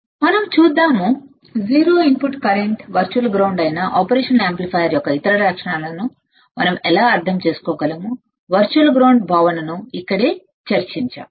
మనం చుద్దాం 0 input current virtual ground అయిన ఆపరేషన్ యాంప్లిఫైయర్ యొక్క ఇతర లక్షణాలను మనం ఎలా అర్థం చేసుకోగలం వర్చువల్ గ్రౌండ్ భావనను ఇక్కడే చర్చించాము